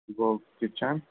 یہِ گوٚو کِچن